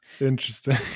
interesting